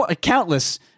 countless